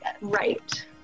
Right